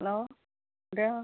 hello ഇത്